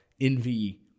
envy